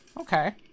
okay